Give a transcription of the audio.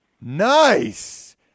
Nice